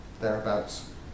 thereabouts